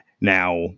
Now